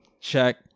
check